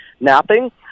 napping